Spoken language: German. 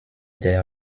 der